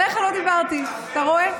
עליך לא דיברתי, אתה רואה?